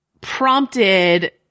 prompted